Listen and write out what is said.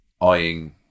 eyeing